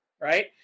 right